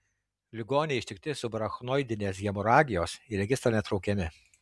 ligoniai ištikti subarachnoidinės hemoragijos į registrą netraukiami